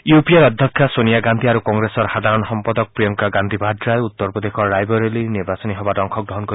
U P এৰ অধ্যক্ষা ছোনিয়া গান্ধী আৰু কংগ্ৰেছৰ সাধাৰণ সম্পাদক প্ৰিয়ংকা গাদ্ধী ভাদ্ৰাই উত্তৰ প্ৰদেশৰ ৰায়বৰেলিৰ নিৰ্বাচনী সভাত অংশগ্ৰহণ কৰিব